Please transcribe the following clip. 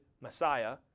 Messiah